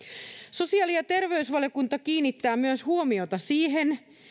sosiaali ja terveysvaliokunta kiinnittää huomiota myös siihen